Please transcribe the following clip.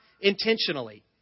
intentionally